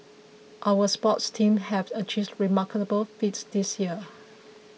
our sports teams have achieved remarkable feats this year